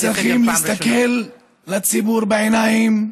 אנחנו צריכים להסתכל לציבור בעיניים.